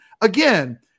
again